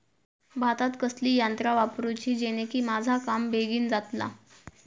भातात कसली यांत्रा वापरुची जेनेकी माझा काम बेगीन जातला?